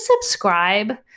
subscribe